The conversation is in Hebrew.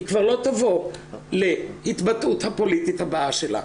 היא כבר שלא תבוא להתבטאות הפוליטית הבאה שלה.